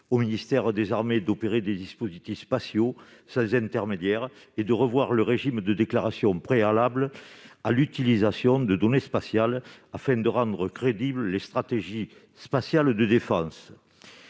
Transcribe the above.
au ministère des armées d'opérer des dispositifs spatiaux sans intermédiaire et de revoir le régime de déclaration préalable à l'utilisation de données spatiales afin de rendre crédibles les stratégies spatiales de défense.